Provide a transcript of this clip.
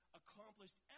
accomplished